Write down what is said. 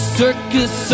circus